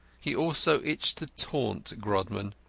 he also itched to taunt grodman.